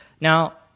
Now